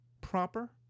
Proper